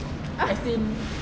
ah